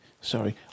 sorry